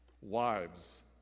Wives